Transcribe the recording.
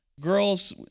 girls